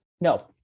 No